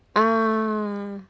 uh